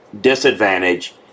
disadvantage